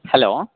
hello